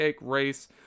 race